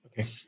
okay